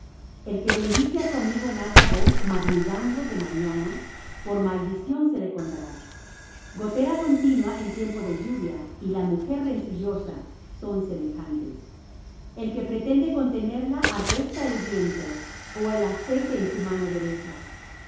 el que bendice á su amigo en alta voz madrugando de mañana por maldición se le contará gotera continua en tiempo de lluvia y la mujer rencillosa son semejantes el que pretende contenerla arresta el viento o el aceite en su mano derecha